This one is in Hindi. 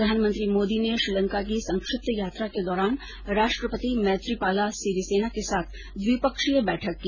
प्रधानमंत्री मोदी ने श्रीलंका की संक्षिप्त यात्रा के दौरान राष्ट्रपति मैत्रीपाला सिरिसेना के साथ द्विपक्षीय बैठक की